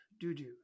doo-doo